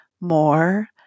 more